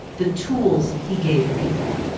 the tools he gave people